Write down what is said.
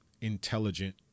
intelligent